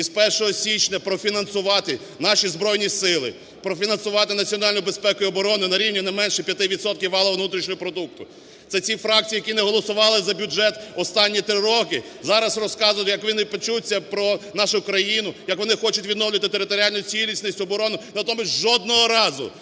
з 1 січня, профінансувати наші Збройні Сили, профінансувати національну безпеку і оборону на рівні не менше 5 відсотків валового внутрішнього продукту. Це ці фракції, які не голосували за бюджет останні три роки, зараз розказують, як вони печуться про нашу Україну, як вони хочуть відновлювати територіальну цілісність, оборону. Натомість жодного разу